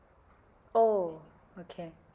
oh okay